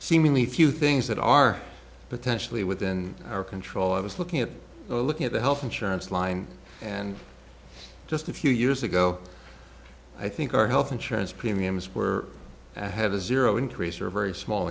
seemingly few things that are potentially within our control i was looking at looking at the health insurance line and just a few years ago i think our health insurance premiums were i have a zero increase or a very small